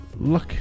look